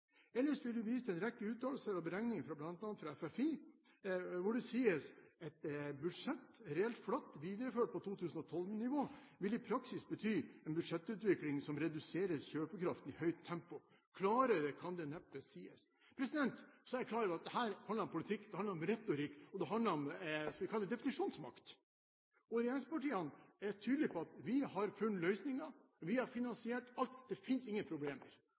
Ellers blir det vist til en rekke uttalelser og beregninger fra bl.a. FFI, hvor det sies: «Et budsjett reelt flatt videreført på 2012-nivå vil i praksis bety en budsjettutvikling som reduserer kjøpekraften i høyt tempo.» Klarere kan det neppe sies. Så er jeg klar over at dette handler om politikk, det handler om retorikk, og det handler om – skal vi kalle det – definisjonsmakt. Regjeringspartiene er tydelig på at vi har funnet løsningen, vi har finansiert alt, det finnes ingen problemer.